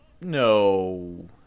No